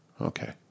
okay